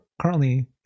currently